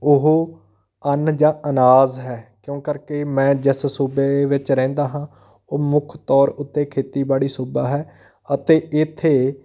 ਉਹ ਅੰਨ ਜਾਂ ਅਨਾਜ ਹੈ ਕਿਉਂ ਕਰਕੇ ਮੈਂ ਜਿਸ ਸੂਬੇ ਵਿੱਚ ਰਹਿੰਦਾ ਹਾਂ ਉਹ ਮੁੱਖ ਤੌਰ ਉੱਤੇ ਖੇਤੀਬਾੜੀ ਸੂਬਾ ਹੈ ਅਤੇ ਇੱਥੇ